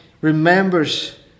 remembers